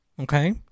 okay